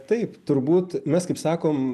taip turbūt mes kaip sakom